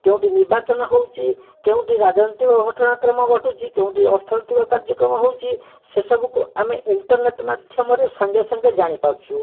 କେଉଁଠି ନିର୍ବାଚନ ହେଉଛି କେଉଁଠି ରାଜନୈତିକ ଘଟଣାକ୍ରମ ଘଟୁଛି କେଉଁଠି ଅର୍ଥନୀତିକ କାର୍ଯ୍ୟକ୍ରମ ହେଉଛି ସେସବୁକୁ ଆମେ ଇର୍ଣ୍ଟରନେଟ୍ ମାଧ୍ୟମରେ ସାଙ୍ଗେସାଙ୍ଗେ ଜାଣିପାରୁଛୁ